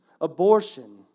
abortion